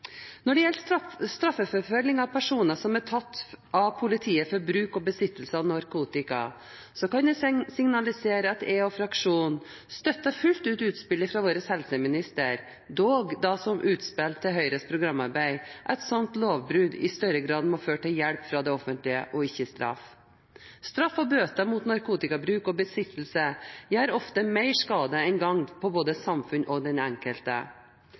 gjelder straffeforfølgning av personer som er tatt av politiet for bruk og besittelse av narkotika, kan jeg signalisere at jeg og fraksjonen støtter fullt ut utspillet fra vår helseminister – dog da som utspill til Høyres programarbeid – at sånne lovbrudd i større grad må føre til hjelp fra det offentlige, og ikke straff. Straff og bøter mot narkotikabruk og -besittelse gjør ofte mer skade enn gagn på både samfunn og den enkelte.